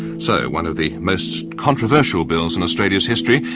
so, one of the most controversial bills in australia's history,